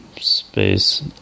space